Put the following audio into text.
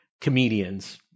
comedians